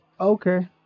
okay